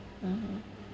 (uh huh)